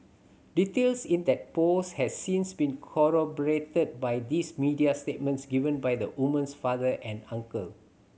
details in that post has since been corroborated by these media statements given by the woman's father and uncle